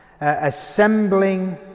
assembling